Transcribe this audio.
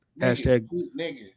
Hashtag